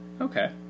Okay